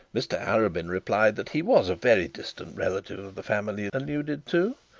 mr arabin replied that he was a very distant relative of the family alluded to.